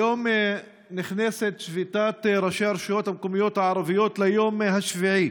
היום נכנסת שביתת ראשי הרשויות המקומיות הערביות ליום השביעי,